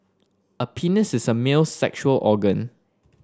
a penis is a male sexual organ